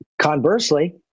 conversely